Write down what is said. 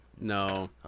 No